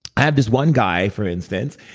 i have this one guy, for instance,